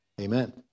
Amen